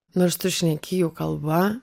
nors tu šneki jų kalba